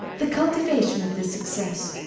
the cultivation of this success,